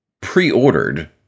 pre-ordered